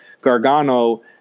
Gargano